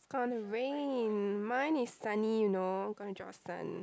it's starting to rain mine is sunny know gonna draw a sun